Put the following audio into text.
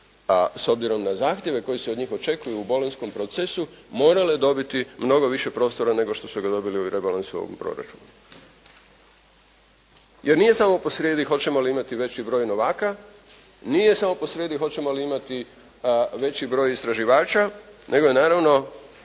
s obzirom na zahtjeve koji se od njih očekuju u bolonjskom procesu morale dobiti mnogo više prostora nego što su ga dobili u rebalansu ovoga proračuna. Jer nije smo posrijedi hoćemo li imati veći broj novaka, nije samo posrijedi hoćemo li imati veći broj istraživača nego je naravno